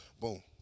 Boom